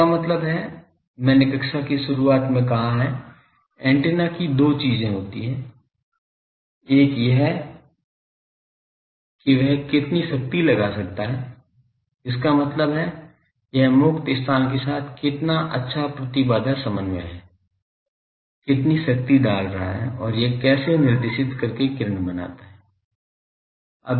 इसका मतलब है मैंने कक्षा की शुरुआत में कहा है एंटेना की दो चीजें होती है एक यह है कि यह कितनी शक्ति लगा सकता है इसका मतलब है यह मुफ्त स्थान के साथ कितना अच्छा प्रतिबाधा समन्वय है कितनी शक्ति डाल रहा है और यह कैसे निर्देशित करके किरण बनाता है